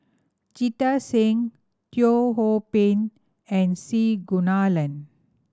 Jita Singh Teo Ho Pin and C Kunalan